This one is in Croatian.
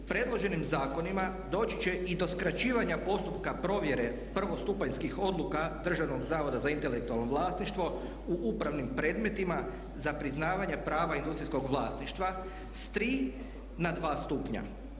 Predloženim zakonima doći će i do skraćivanja postupka provjere prvostupanjskih odluka Državnog zavoda za intelektualno vlasništvo u upravnim predmetima za priznavanje prava industrijskog vlasništva s 3 na 2 stupnja.